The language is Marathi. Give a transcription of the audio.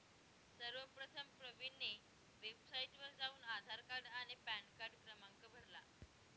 सर्वप्रथम प्रवीणने वेबसाइटवर जाऊन आधार कार्ड आणि पॅनकार्ड क्रमांक भरला